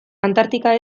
antartika